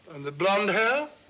and the blonde hair?